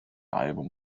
album